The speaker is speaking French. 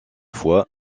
foi